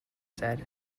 said